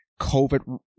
COVID